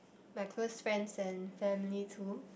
my close friends and family too